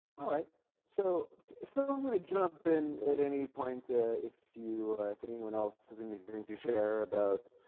all right so if there were a jump in at any point ah if you i think anyone else does anything to share about